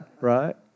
right